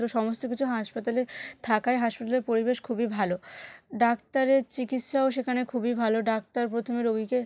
সমস্ত কিছু হাসপাতালে থাকায় হাসপাতালের পরিবেশ খুবই ভালো ডাক্তারের চিকিৎসাও সেখানে খুবই ভালো ডাক্তার প্রথমে রোগীকে